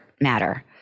matter